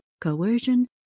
coercion